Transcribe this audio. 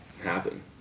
happen